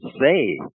say